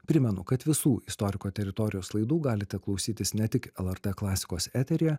primenu kad visų istoriko teritorijos laidų galite klausytis ne tik lrt klasikos eteryje